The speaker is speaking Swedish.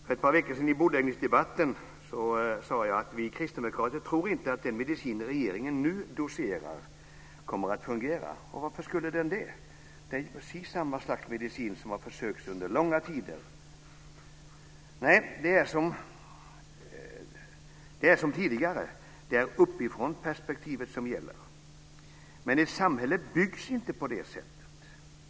För ett par veckor sedan sade jag i bordläggningsdebatten att vi kristdemokrater inte tror att den medicin regeringen nu doserar kommer att fungera. Varför skulle den det? Det är ju precis samma slags medicin som man har försökt med under långa tider. Nej, det är som tidigare - det är uppifrånperspektivet som gäller. Men ett samhälle byggs inte på det sättet.